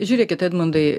žiūrėkit edmundai